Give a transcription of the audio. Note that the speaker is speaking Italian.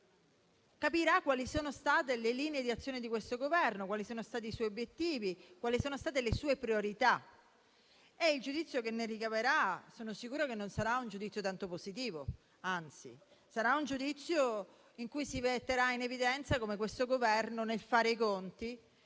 si capiscono le linee di azione di questo Governo, quali sono stati i suoi obiettivi, quali sono state le sue priorità. Sono sicura che il giudizio che se ne ricaverà non sarà un giudizio tanto positivo, anzi, sarà un giudizio in cui si metterà in evidenza come questo Governo, nel fare i conti,